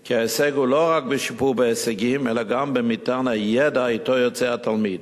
כי ההישג הוא לא רק בשיפור בהישגים אלא גם במטען הידע שאתו יוצא התלמיד.